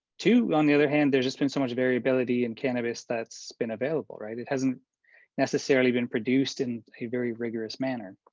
two, on the other hand, there's just been so much variability in cannabis that's been available, right? it hasn't necessarily been produced in a very rigorous manner.